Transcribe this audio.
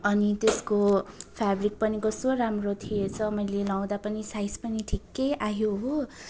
अनि त्यसको फेबरिक पनि कस्तो राम्रो थिएछ मैले लगाउँदा पनि साइज पनि ठिकै आयो हो